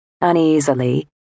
Uneasily